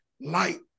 light